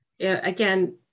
Again